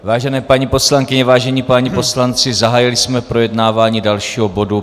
Vážené paní poslankyně, vážení páni poslanci, zahájili jsme projednávání dalšího bodu.